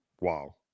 Wow